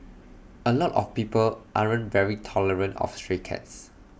A lot of people aren't very tolerant of stray cats